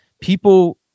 people